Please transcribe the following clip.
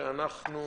שאנחנו